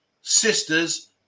sister's